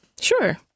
Sure